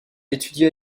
étudia